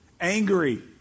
angry